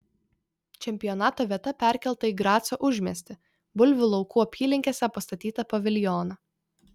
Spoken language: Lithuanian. čempionato vieta perkelta į graco užmiestį bulvių laukų apylinkėse pastatytą paviljoną